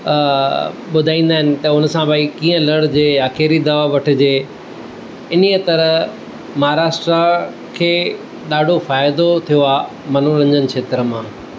ॿुधाईंदा आहिनि त उनसां भाई कीअं लड़जे कहिड़ी दवा वठिजे इन्हीअ तरह महाराष्ट्रा खे ॾाढो फ़ाइदो थियो आहे मनोरंजन क्षेत्र मां